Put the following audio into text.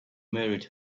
married